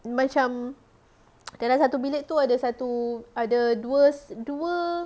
macam dalam satu bilik tu ada satu ada dua